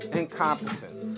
incompetent